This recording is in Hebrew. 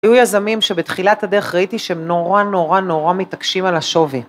‫היו יזמים שבתחילת הדרך ראיתי ‫שהם נורא, נורא, נורא מתעקשים על השווי.